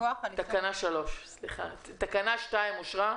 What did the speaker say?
2 אושרה.